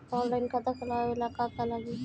Online खाता खोलबाबे ला का का लागि?